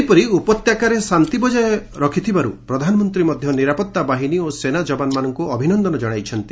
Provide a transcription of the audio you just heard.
ସେହିପରି ଉପତ୍ୟକାରେ ଶାନ୍ତି ବଜାୟ ରଖିଥିବାରୁ ପ୍ରଧାନମନ୍ତ୍ରୀ ମଧ୍ୟ ନିରାପତ୍ତା ବାହିନୀ ଓ ସେନା ଯବାନମାନଙ୍କୁ ଅଭିନନ୍ଦନ ଜଣାଇଛନ୍ତି